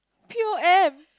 pure M